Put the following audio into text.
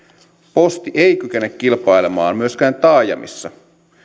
posti ei kykene kilpailemaan myöskään taajamissa